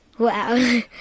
Wow